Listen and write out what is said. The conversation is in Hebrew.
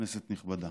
כנסת נכבדה,